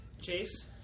Chase